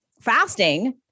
fasting